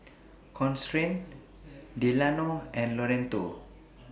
Constance Delano and Loretto